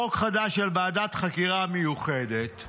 חוק חדש על ועדת חקירה מיוחדת,